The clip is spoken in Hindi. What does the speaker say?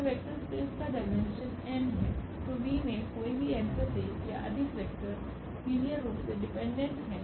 तो वेक्टर स्पेस का डायमेंशन n है तो V में कोई भी n 1 या अधिक वेक्टर लीनियर रूप से डिपेंडेंट हैं